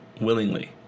willingly